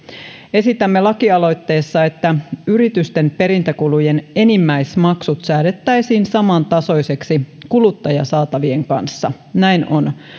esitämme lakialoitteessa että yritysten perintäkulujen enimmäismaksut säädettäisiin samantasoisiksi kuluttajasaatavien kanssa näin on